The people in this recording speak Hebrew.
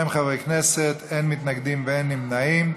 בעד, 62 חברי כנסת, אין מתנגדים ואין נמנעים.